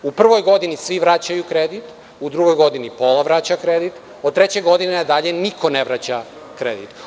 U prvoj godini svi vraćaju kredit, u drugoj godini pola vraća kredit, od treće godine dalje niko ne vraća kredit.